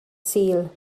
sul